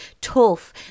tough